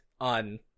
on